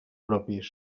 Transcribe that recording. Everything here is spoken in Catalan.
propis